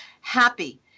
happy